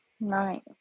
Right